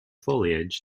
foliage